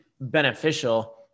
beneficial